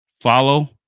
follow